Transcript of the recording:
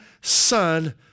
Son